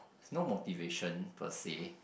no motivation per se